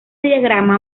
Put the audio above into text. diagrama